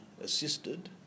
assisted